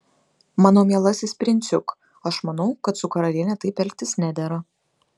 mano mielasis princiuk aš manau kad su karaliene taip elgtis nedera